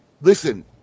listen